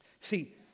See